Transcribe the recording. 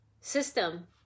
system